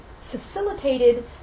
facilitated